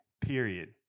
period